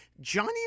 Johnny